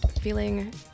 feeling